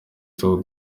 tour